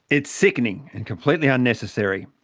it's sickening and completely unnecessary.